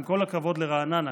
עם כל הכבוד לרעננה,